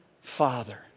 father